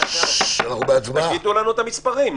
תגידו לנו את המספרים.